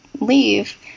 leave